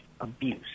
abuse